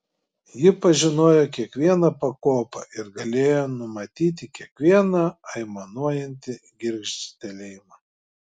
jis pažinojo kiekvieną pakopą ir galėjo numatyti kiekvieną aimanuojantį girgžtelėjimą